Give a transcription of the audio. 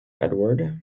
edward